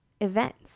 events